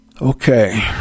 Okay